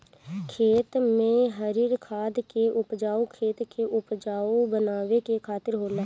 खेत में हरिर खाद के उपयोग खेत के उपजाऊ बनावे के खातिर होला